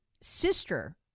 sister